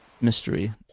mystery